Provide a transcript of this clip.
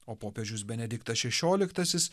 o popiežius benediktas šešioliktasis